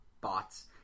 Bots